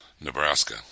Nebraska